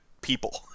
people